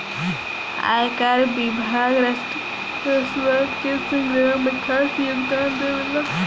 आयकर विभाग राष्ट्रीय राजस्व के संग्रह में खास योगदान देवेला